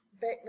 back